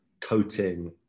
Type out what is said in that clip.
coating